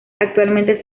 actualmente